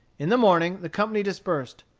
in the morning the company dispersed.